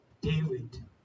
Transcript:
David